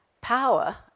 power